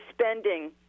spending